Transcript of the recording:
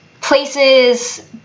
places